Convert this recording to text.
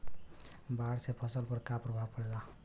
बाढ़ से फसल पर क्या प्रभाव पड़ेला?